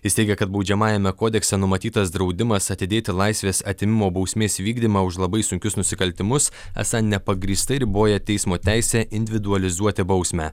jis teigia kad baudžiamajame kodekse numatytas draudimas atidėti laisvės atėmimo bausmės vykdymą už labai sunkius nusikaltimus esą nepagrįstai riboja teismo teisę individualizuoti bausmę